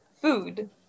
food